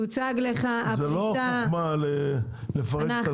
זאת לא חכמה לפרק.